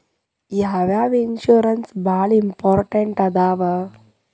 ಯಾವ್ಯಾವ ಇನ್ಶೂರೆನ್ಸ್ ಬಾಳ ಇಂಪಾರ್ಟೆಂಟ್ ಅದಾವ?